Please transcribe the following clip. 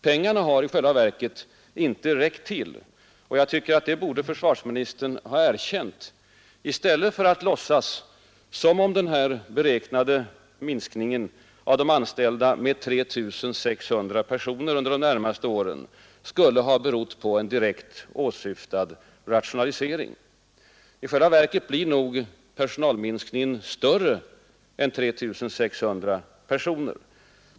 Pengarna har i själva verket inte räckt till, och jag tycker att det borde försvarsministern ha erkänt i stället för att lå minskningen av de anställda med 3 600 personer under de närmaste åren skulle ha berott på en direkt åsyftad rationalisering. I själva verket blir nog personalminskningen större än 3 600 personer.